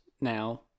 now